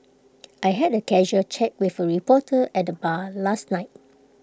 I had A casual chat with A reporter at the bar last night